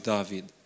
David